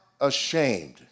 ashamed